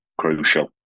crucial